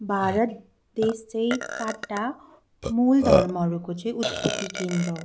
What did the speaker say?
भारत देश चाहिँ चारवटा मूल धर्महरूको चाहिँ उत्पति केन्द्र हो